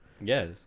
Yes